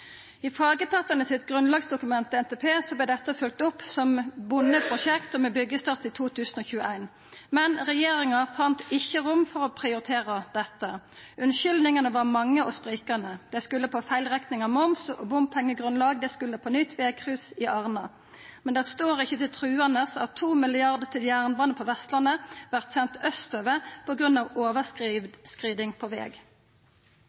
I fagetatane sitt grunnlagsdokument til NTP vart dette følgt opp som eit bunde prosjekt, med byggjestart i 2021, men regjeringa fann ikkje rom til å prioritera dette. Unnskyldningane var mange og sprikande. Dei skulda på feilrekning av moms og bompengegrunnlag; dei skulda på nytt vegkryss i Arna. Men det står ikkje til truande at 2 mrd. kr til jernbane på Vestlandet vert sendt austover på grunn av overskriding på veg.